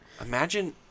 imagine